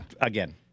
Again